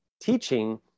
teaching